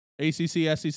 ACC-SEC